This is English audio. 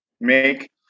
make